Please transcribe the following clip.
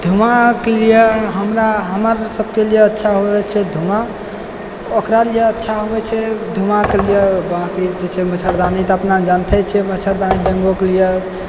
धुआँके लिए हमरा हमर सबके लिए अच्छा होइ छै धुआँ ओकरा लिए अच्छा होइ छै धुआँके लिए मच्छरदानी तऽ अपना जानिते छी मच्छरदानी बनबैके लिए